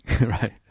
right